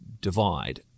divide